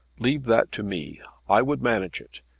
leave that to me. i would manage it,